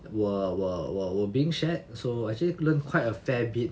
were were were being shared so actually learned quite a fair bit